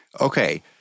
Okay